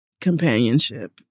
companionship